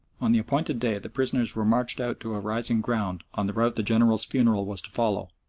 on the appointed day the prisoners were marched out to a rising ground on the route the general's funeral was to follow,